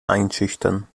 einschüchtern